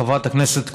חברת הכנסת קורן,